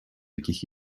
яких